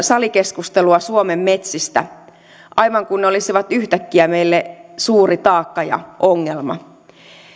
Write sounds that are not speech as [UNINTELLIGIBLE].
[UNINTELLIGIBLE] salikeskustelua suomen metsistä aivan kuin ne olisivat yhtäkkiä meille suuri taakka ja ongelma